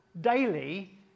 daily